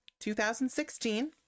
2016